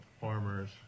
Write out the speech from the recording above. farmers